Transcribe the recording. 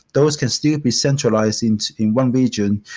those can still be centralized in in one region.